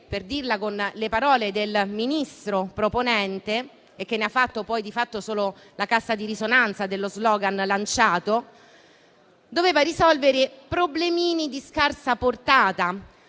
per dirla con le parole del Ministro proponente, che ne ha fatto poi solo la cassa di risonanza dello *slogan* lanciato - di risolvere "problemini" di scarsa portata.